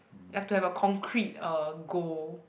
you have to have a concrete uh goal